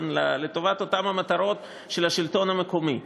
לטובת אותן מטרות של השלטון המקומי.